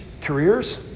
careers